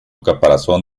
caparazón